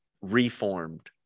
reformed